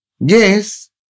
Yes